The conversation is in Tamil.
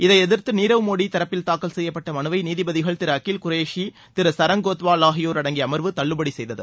இதை எதிர்த்து நீரவ் மோடி தரப்பில் தாக்கல் செய்யப்பட்ட மனுவை நீதிபதிகள் திரு அகில் குரேஷி திரு சரங் கோத்வால் ஆகியோர் அடங்கிய அமர்வு தள்ளுபடி செய்தது